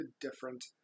different